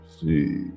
see